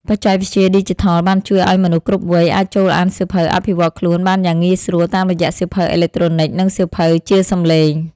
បច្ចេកវិទ្យាឌីជីថលបានជួយឱ្យមនុស្សគ្រប់វ័យ អាចចូលអានសៀវភៅអភិវឌ្ឍខ្លួនបានយ៉ាងងាយស្រួលតាមរយៈសៀវភៅអេឡិចត្រូនិក និងសៀវភៅជាសំឡេង។